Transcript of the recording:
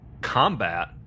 combat